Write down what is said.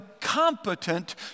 competent